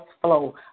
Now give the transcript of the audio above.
flow